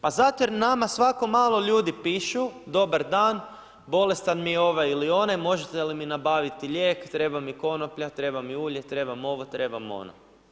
Pa zato jer nama svako malo ljudi pišu, dobar dan, bolestan mi je ovaj ili onaj, možete li mi nabaviti lijek, treba mi konoplja, treba mi ulje, trebam ovo, trebam ono.